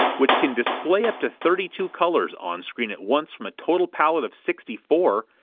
which can display up to thirty two colors on screen at once from a total palette of sixty four,